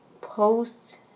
post